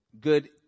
good